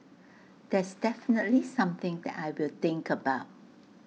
that's definitely something that I will think about